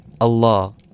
Allah